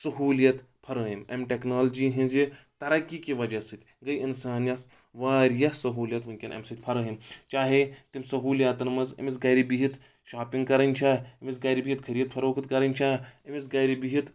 سہوٗلیت فرٲیم امہِ ٹیٚکنالجی ہِنٛزِ ترقی کہِ وجہ سۭتۍ گٔے انسانَس واریاہ سہوٗلیت ونکیٚن امہِ سۭتۍ فرٲمۍ چاہے تِم سہوٗلیتن منٛز أمِس گرِ بِہِتھ شاپِنٛگ کرٕنۍ چھا أمِس گرِ بِہِتھ خریٖد فروخت کرٕنۍ چھا أمِس گرِ بِہِتھ